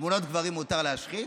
תמונות גברים מותר להשחית?